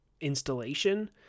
installation